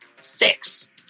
six